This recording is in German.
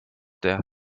der